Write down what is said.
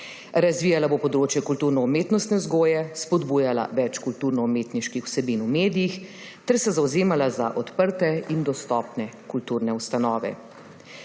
Razvijala bo področje kulturno-umetnostne vzgoje, spodbujala več kulturno-umetniških vsebin v medijih ter se zavzemala za odprte in dostopne kulturne ustanove.